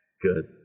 Good